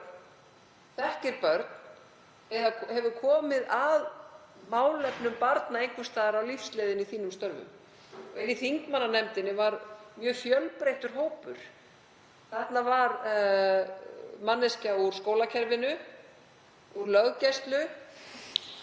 þekkjum börn eða höfum komið að málefnum barna einhvers staðar á lífsleiðinni í störfum okkar. Í þingmannanefndinni var mjög fjölbreyttur hópur. Þarna var manneskja úr skólakerfinu, úr löggæslu,